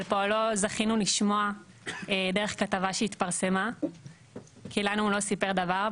על פועלו זכינו לשמוע דרך כתבה שהתפרסמה כי לנו הוא לא סיפר דבר,